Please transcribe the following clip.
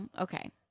okay